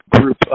group